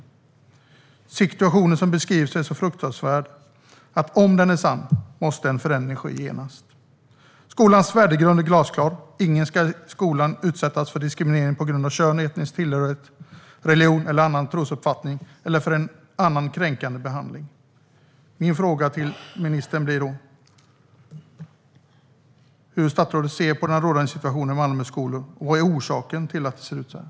Den situation som beskrivs är fruktansvärd, och om den är sann måste en förändring ske genast. Skolans värdegrund är glasklar: Ingen ska i skolan utsättas för diskriminering på grund av kön, etnisk tillhörighet, religion eller annan trosuppfattning, eller utsättas för annan kränkande behandling. Min fråga till ministern blir då hur han ser på den rådande situationen i Malmös skolor och vad orsaken är till att det ser ut så här.